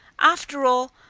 after all,